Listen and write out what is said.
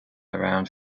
around